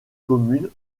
communes